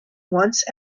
once